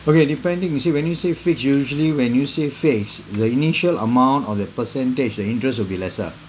okay depending you see when you say fixed usually when you say phase the initial amount or the percentage the interest will be lesser